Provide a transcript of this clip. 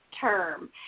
term